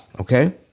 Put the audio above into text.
Okay